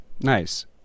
Nice